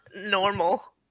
normal